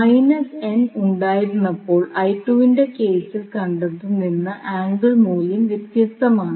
minus n ഉണ്ടായിരുന്നപ്പോൾ ൻറെ കേസിൽ കണ്ടതിൽ നിന്ന് ആംഗിൾ മൂല്യം വ്യത്യസ്തമാണ്